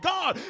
God